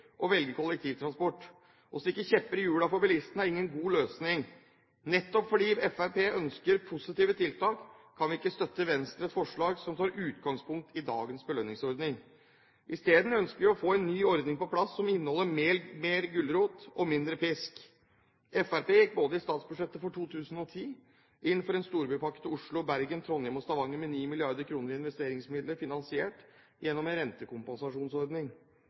å velge kollektivtransport. Å stikke kjepper i hjulene for bilistene er ingen god løsning. Nettopp fordi Fremskrittspartiet ønsker positive tiltak, kan vi ikke støtte Venstres forslag, som tar utgangspunkt i dagens belønningsordning. Isteden ønsker vi å få på plass nye ordninger som inneholder mer gulrot og mindre pisk. Fremskrittspartiet gikk i statsbudsjettet for 2010 inn for en storbypakke til Oslo, Bergen, Trondheim og Stavanger, med 9 mrd. kr i investeringsmidler, finansiert gjennom